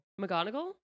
McGonagall